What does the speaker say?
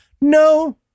No